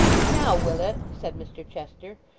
and now, willet said mr chester,